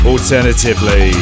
Alternatively